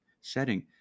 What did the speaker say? setting